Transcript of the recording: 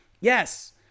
Yes